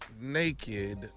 Naked